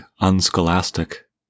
unscholastic